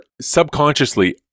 subconsciously